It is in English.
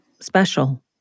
special